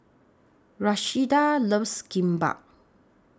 Rashida loves Kimbap